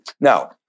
Now